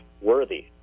worthy